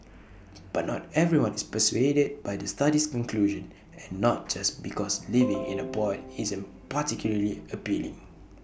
but not everyone is persuaded by the study's conclusion and not just because living in A pod isn't particularly appealing